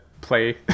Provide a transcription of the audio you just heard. play